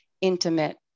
intimate